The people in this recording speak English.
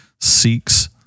seeks